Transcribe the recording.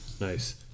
Nice